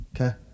Okay